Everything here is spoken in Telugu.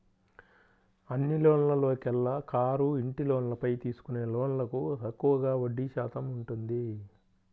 అన్ని లోన్లలోకెల్లా కారు, ఇంటి లోన్లపై తీసుకునే లోన్లకు తక్కువగా వడ్డీ శాతం ఉంటుంది